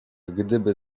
gdyby